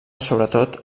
sobretot